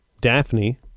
Daphne